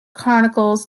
chronicles